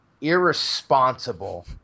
irresponsible